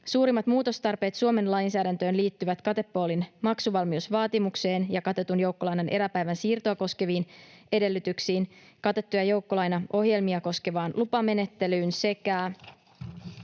Suurimmat muutostarpeet Suomen lainsäädäntöön liittyvät katepoolin maksuvalmiusvaatimukseen ja katetun joukkolainan eräpäivän siirtoa koskeviin edellytyksiin, katettuja joukkolainaohjelmia koskevaan lupamenettelyyn sekä